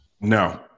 No